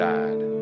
died